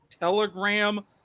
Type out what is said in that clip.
Telegram